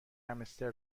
همستر